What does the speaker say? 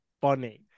funny